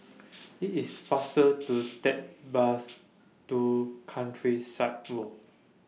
IT IS faster to Take Bus to Countryside Walk